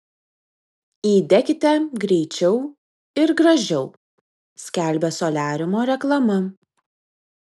įdekite greičiau ir gražiau skelbia soliariumo reklama